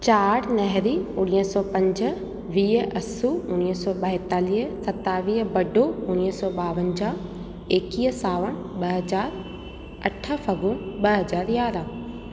चारि नाहिरी उणिवीह सौ पंज वीह असू उणिवीह सौ ॿाएतालीह सतावीह बडो उणिवीह सौ ॿावंजा्हु एकवीह सावणु ॿ हज़ार अठ फगुणु ॿ हज़ार यारहं